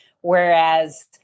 whereas